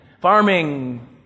farming